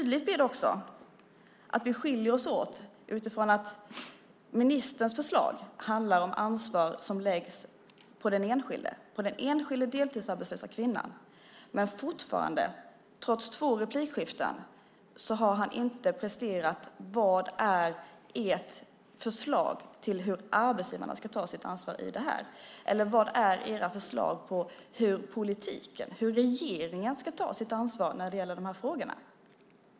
Det blir tydligt att vi skiljer oss åt i att ministerns förslag handlar om ansvar som läggs på den enskilda deltidsarbetslösa kvinnan. Trots två inlägg har inte ministern svarat på frågan: Vad är ert förslag på hur arbetsgivarna ska ta sitt ansvar? Vad är era förslag på hur politiken och regeringen ska ta sitt ansvar när det gäller de här frågorna?